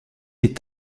est